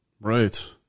Right